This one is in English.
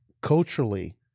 culturally